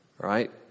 right